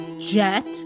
jet